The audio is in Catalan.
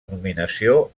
nominació